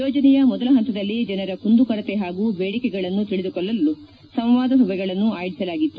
ಯೋಜನೆಯ ಮೊದಲ ಹಂತದಲ್ಲಿ ಜನರ ಕುಂದುಕೊರತೆ ಹಾಗೂ ಬೇಡಿಕೆಗಳನ್ನು ತಿಳಿದುಕೊಳ್ಳಲು ಸಂವಾದ ಸಭೆಗಳನ್ನು ಆಯೋಜಿಸಲಾಗಿತ್ತು